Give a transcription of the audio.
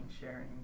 sharing